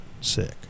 sick